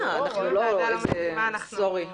אני עכשיו הולך, לא מתאים לי ללכת לקלפי שלי.